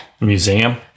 Museum